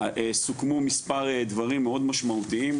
סוכמו מספר דברים מאוד משמעותיים.